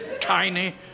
tiny